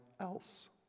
else